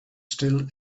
still